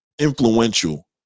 influential